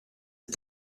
est